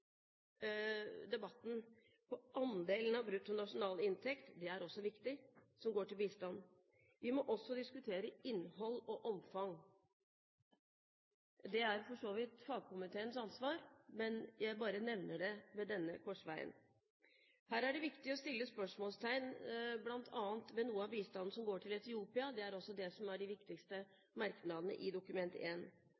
på andelen av bruttonasjonalinntekt – det er også viktig – som går til bistand. Vi må også diskutere innhold og omfang. Det er for så vidt fagkomiteens ansvar, men jeg bare nevner det ved denne korsvei. Her er det viktig å stille spørsmål bl.a. ved noe av bistanden som går til Etiopia. Det er også det viktigste i merknadene i Dokument 1, for det er